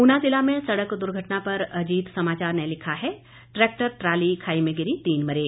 ऊना जिला में सड़क दुर्घटना पर अजीत समाचार ने लिखा है ट्रैक्टर ट्राली खाई में गिरी तीन मरे